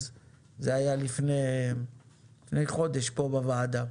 זה היה לפני חודש פה בוועדה.